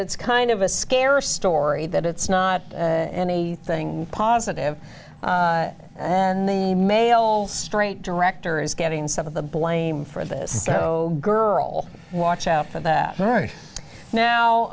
it's kind of a scare story that it's not anything positive and the male straight director is getting some of the blame for this so girl watch out for that